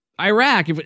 Iraq